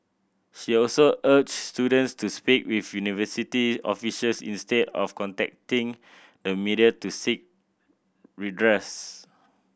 she also urged students to speak with university officials instead of contacting the media to seek redress